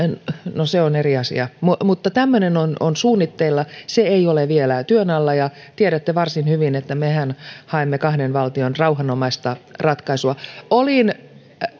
no se on eri asia tämmöinen on on suunnitteilla se ei ole vielä työn alla ja tiedätte varsin hyvin että mehän haemme kahden valtion rauhanomaista ratkaisua olin